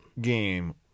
game